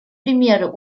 примеры